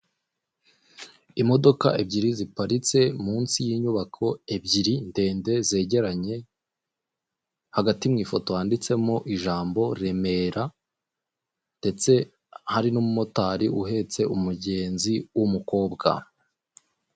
Imodoka ebyiri ziparitse munsi yinyubako ebyiri ndende zegeranye hagati mu ifoto handitsemo ijambo remera, ndetse hari n'umumotari uhetse umugenzi w'umukobwa.